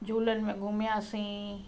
झूलन में घुमयासीं